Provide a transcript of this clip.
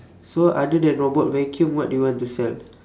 so other than robot vacuum what do you want to sell